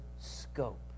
scope